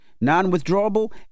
Non-withdrawable